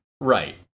Right